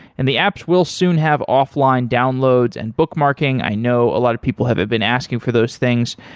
and the apps will soon have off-line downloads and bookmarking. i know a lot of people have been asking for those things,